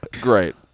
great